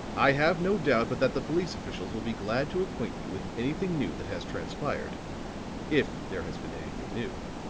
i have no doubt but that the police officials will be glad to acquaint you with anything new that has transpired if there has been anything new.